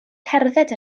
cerdded